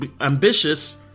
ambitious